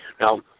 Now